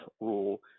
rule